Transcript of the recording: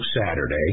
Saturday